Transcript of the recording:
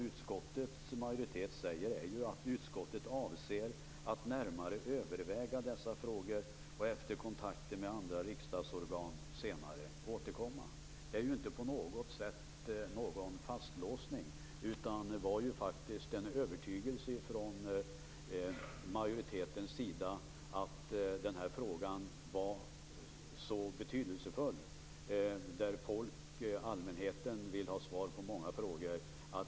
Utskottets majoritet säger att "utskottet avser att närmare överväga dessa frågor och efter kontakter med andra riksdagsorgan senare återkomma". Det är inte någon fastlåsning. Det var en övertygelse från majoritetens sida att den här frågan var så betydelsefull. Allmänheten vill ha svar på många frågor.